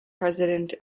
president